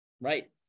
right